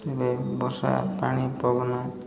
ଏବେ ବର୍ଷା ପାଣି ପବନ